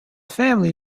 family